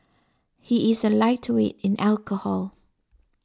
he is a lightweight in alcohol